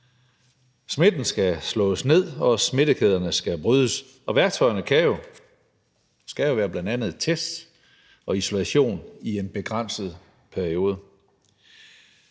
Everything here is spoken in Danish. Smitten skal slås ned, og smittekæderne skal brydes, og værktøjerne kan jo være bl.a. test og isolation i en begrænset periode.